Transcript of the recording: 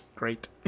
great